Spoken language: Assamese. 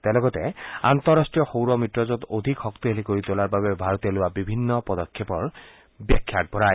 তেওঁ লগতে আন্তঃৰাষ্ট্ৰীয় সৌৰ মিত্ৰজোঁট ্অধিক শক্তিশালী কৰি তোলাৰ বাবে ভাৰতে লোৱা বিভিন্ন পদক্ষেপৰ ব্যাখ্যা আগবঢ়ায়